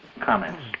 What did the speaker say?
comments